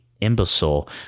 imbecile